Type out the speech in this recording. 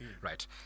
right